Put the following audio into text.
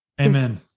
amen